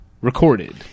recorded